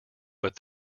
but